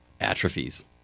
atrophies